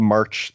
March